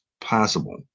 possible